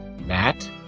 Matt